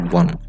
one